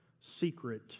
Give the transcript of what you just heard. Secret